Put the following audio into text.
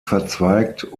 verzweigt